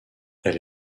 elle